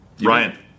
Ryan